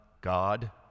God